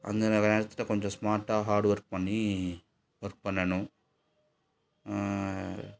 அந்த நேரத்தில் கொஞ்சம் ஸ்மார்ட்டாக ஹார்ட் ஒர்க் பண்ணி ஒர்க் பண்ணணும்